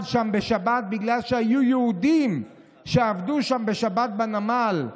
בשבת בגלל שהיו יהודים שעבדו שם בשבת בנמל,